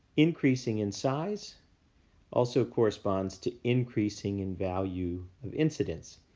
increasing in size also corresponds to increasing in value of incidence.